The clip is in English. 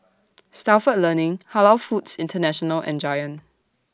Stalford Learning Halal Foods International and Giant